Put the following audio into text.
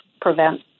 prevent